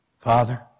Father